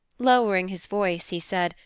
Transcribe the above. lowering his voice he said,